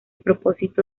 propósito